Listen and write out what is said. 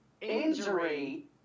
injury